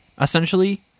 essentially